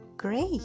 Great